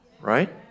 right